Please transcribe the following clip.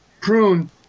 prune